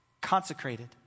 consecrated